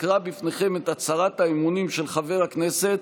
אקרא בפניכם את הצהרת האמונים של חבר הכנסת,